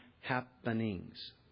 happenings